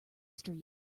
street